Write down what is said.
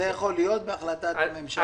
זה יכול להיות בהחלטת ממשלה.